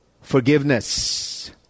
forgiveness